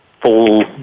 full